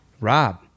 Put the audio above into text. Rob